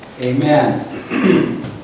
Amen